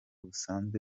busanzwe